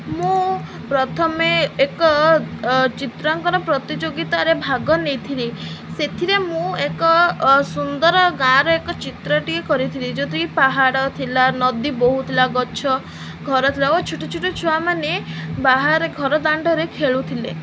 ମୁଁ ପ୍ରଥମେ ଏକ ଚିତ୍ରାଙ୍କନ ପ୍ରତିଯୋଗିତାରେ ଭାଗ ନେଇଥିଲି ସେଥିରେ ମୁଁ ଏକ ସୁନ୍ଦର ଗାଁର ଏକ ଚିତ୍ରଟିଏ କରିଥିଲି ଯେଉଁଥିରେ କି ପାହାଡ଼ ଥିଲା ନଦୀ ବୋହୁଥିଲା ଗଛ ଘର ଥିଲା ଓ ଛୋଟ ଛୋଟ ଛୁଆମାନେ ବାହାରେ ଘର ଦାଣ୍ଡରେ ଖେଳୁଥିଲେ